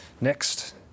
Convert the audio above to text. next